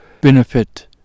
benefit